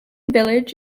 village